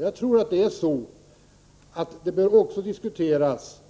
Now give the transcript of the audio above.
Jag tror att det också bör diskuteras